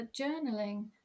journaling